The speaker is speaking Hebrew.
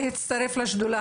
להצטרף לשדולה הזאת.